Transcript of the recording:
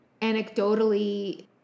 anecdotally